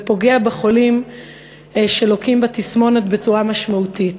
ופוגע בחולים שלוקים בתסמונת בצורה משמעותית.